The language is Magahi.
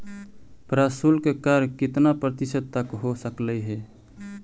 प्रशुल्क कर कितना प्रतिशत तक हो सकलई हे?